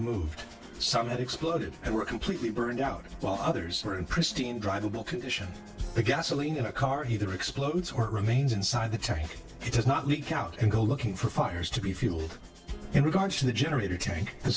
removed some had exploded and were completely burned out while others were in pristine drivable condition the gasoline in a car he the explodes or remains inside the tank it does not leak out and go looking for fires to be fueled in regards to the generator tank the